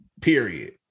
Period